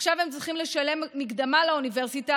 עכשיו הם צריכים לשלם מקדמה לאוניברסיטה,